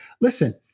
listen –